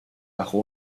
bajo